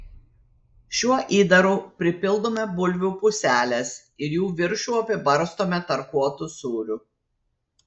šiuo įdaru pripildome bulvių puseles ir jų viršų apibarstome tarkuotu sūriu